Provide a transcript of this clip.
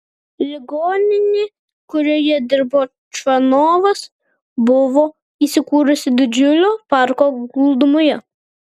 ligoninė kurioje dirbo čvanovas buvo įsikūrusi didžiulio parko glūdumoje